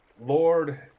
Lord